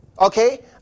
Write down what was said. Okay